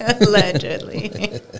Allegedly